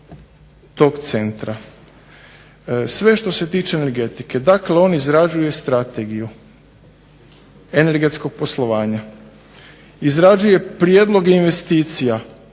tog centra? Sve što se tiče energetike. Dakle, on izrađuje strategiju energetskog poslovanja, izrađuje prijedloge investicija,